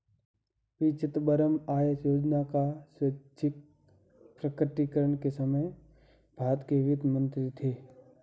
P Chidambaram आय योजना का स्वैच्छिक प्रकटीकरण के समय भारत के वित्त मंत्री थे